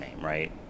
right